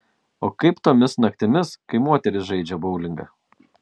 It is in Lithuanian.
o kaip tomis naktimis kai moterys žaidžia boulingą